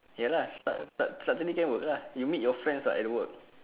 ya lah sa~ sa~ saturday can work ah you meet your friends at work